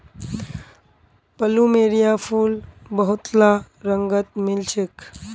plumeria फूल बहुतला रंगत मिल छेक